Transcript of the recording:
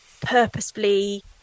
purposefully